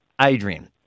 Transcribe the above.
Adrian